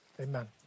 amen